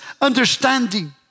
understanding